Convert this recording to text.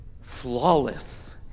flawless